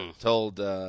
told –